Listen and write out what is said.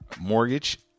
mortgage